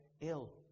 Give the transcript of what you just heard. ill